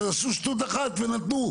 אז עשו שטות אחת ונתנו.